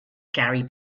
gary